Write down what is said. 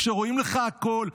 כשרואים לך הכול,